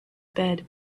bed